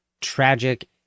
tragic